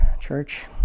church